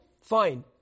fine